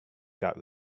got